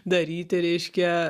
daryti reiškia